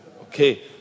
Okay